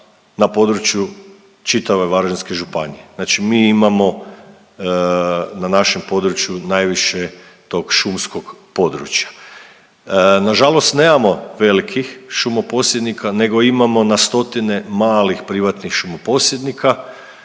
na području čitave Varaždinske županije. Znači mi imamo na našem području najviše tog šumskog područja. Nažalost nemamo velikih šumoposjednika nego imamo na stotine malih privatnih šumopodsjednika